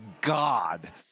God